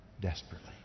desperately